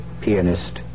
pianist